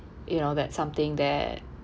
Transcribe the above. you know that something that